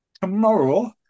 tomorrow